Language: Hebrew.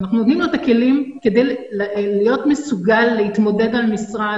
ואנחנו נותנים לו את הכלים כדי להיות מסוגל להתמודד על משרה,